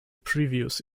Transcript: previous